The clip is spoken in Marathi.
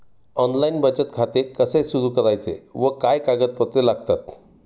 ऑनलाइन बचत खाते कसे सुरू करायचे व काय कागदपत्रे लागतात?